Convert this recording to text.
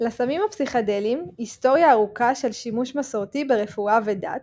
לסמים פסיכדליים היסטוריה ארוכה של שימוש מסורתי ברפואה ודת,